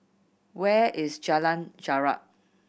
where is Jalan Jarak